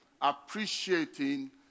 appreciating